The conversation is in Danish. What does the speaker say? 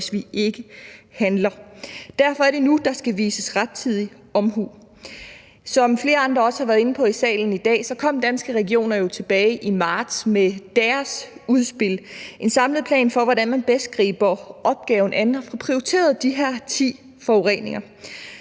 hvis vi ikke handler. Derfor er det nu, der skal udvises rettidig omhu. Som flere andre også har været inde på i salen i dag, kom Danske Regioner jo tilbage i marts med deres udspil i form af en samlet plan for, hvordan man bedst griber opgaven an og får prioriteret de her ti forureninger.